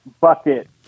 bucket